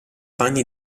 panni